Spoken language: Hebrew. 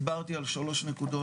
דיברתי על שלוש נקודות,